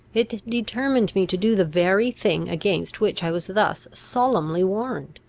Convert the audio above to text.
it determined me to do the very thing against which i was thus solemnly warned,